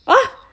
!huh!